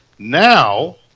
Now